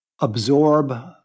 absorb